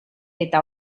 eta